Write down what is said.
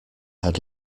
had